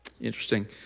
Interesting